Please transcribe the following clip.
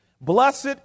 Blessed